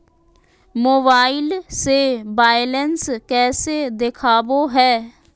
Mobile से balance कैसे देखाबो है?